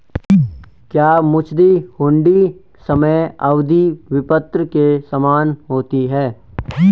क्या मुद्दती हुंडी समय अवधि विपत्र के समान होती है?